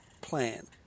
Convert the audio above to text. plan